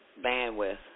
bandwidth